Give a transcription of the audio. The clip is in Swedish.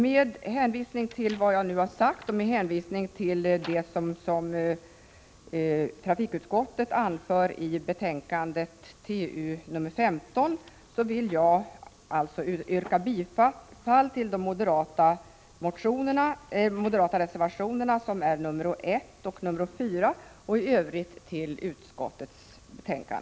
Med hänvisning till vad jag nu har sagt och med hänsyn till vad trafikutskottet anför i sitt betänkande 15 yrkar jag bifall till de moderata reservationerna i trafikutskottets betänkande 15 och i övrigt till utskottets hemställan.